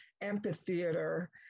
amphitheater